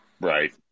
Right